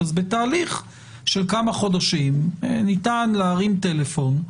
בתהליך של כמה חודשים ניתן להרים טלפון.